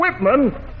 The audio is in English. Whitman